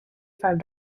five